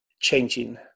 changing